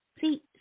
See